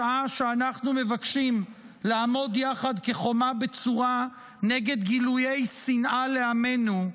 בשעה שאנחנו מבקשים לעמוד יחד כחומה בצורה נגד גילויי שנאה לעמנו,